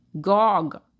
Gog